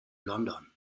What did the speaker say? london